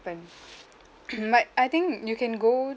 but I think you can go